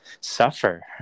suffer